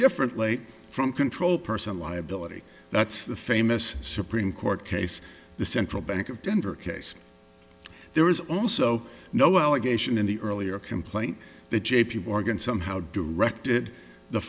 differently from control person liability that's the famous supreme court case the central bank of denver case there is also no allegation in the earlier complaint that j p morgan somehow directed the